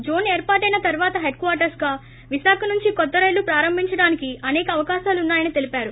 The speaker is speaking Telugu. జోన్ ఏర్పాటైన తర్వాత హెడ్ క్వార్టర్స్ గా విశాఖ నుంచి కొత్త రైళ్ల ప్రారంభించడానికి అసేక అవకాశాలున్నా యని తెలిపారు